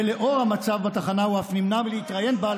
ולאור המצב בתחנה הוא אף נמנע מלהתראיין בה,